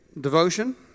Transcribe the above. devotion